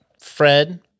Fred